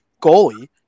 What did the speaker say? goalie